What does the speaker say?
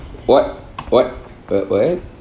what what what what